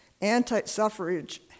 anti-suffrage